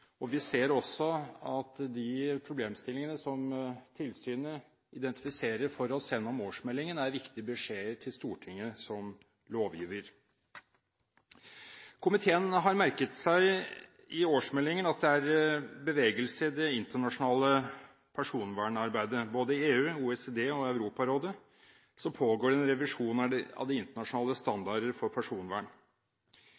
Vi ser også at de problemstillingene som tilsynet identifiserer for oss gjennom årsmeldingen, er viktige beskjeder til Stortinget som lovgiver. Komiteen har merket seg i årsmeldingen at det er bevegelse i det internasjonale personvernarbeidet. Både i EU, OECD og Europarådet pågår det en revisjon av